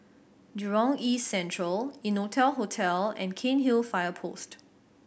Jurong East Central Innotel Hotel and Cairnhill Fire Post